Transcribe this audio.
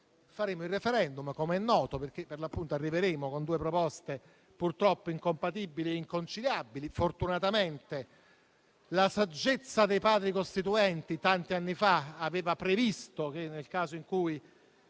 Indiremo il *referendum*, come è noto, perché arriveremo con due proposte purtroppo incompatibili e inconciliabili. Fortunatamente, la saggezza dei Padri costituenti tanti anni fa aveva previsto che, nel caso in cui